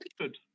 Good